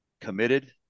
committed